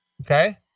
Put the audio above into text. Okay